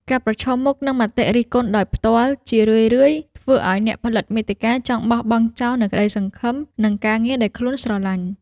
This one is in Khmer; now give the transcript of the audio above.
ការប្រឈមមុខនឹងមតិរិះគន់ដោយផ្ទាល់ ជារឿយៗធ្វើឱ្យអ្នកផលិតមាតិកាចង់បោះបង់ចោលនូវក្តីស្រមៃ និងការងារដែលខ្លួនស្រឡាញ់។